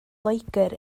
loegr